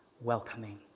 welcoming